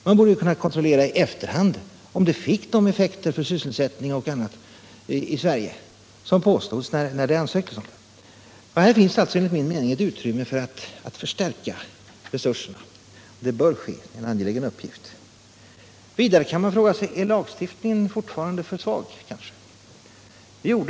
Man borde ju kunna kontrollera i efterhand om investeringarna fick de effekter för sysselsättning och annat i Sverige som påstods i samband med ansökan. Här finns enligt min mening ett utrymme för att förstärka resurserna, och det bör ske. Det är en angelägen uppgift. Vidare kan man fråga sig: Är kanske lagstiftningen fortfarande för svag?